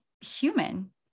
human